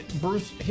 Bruce